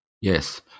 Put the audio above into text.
Yes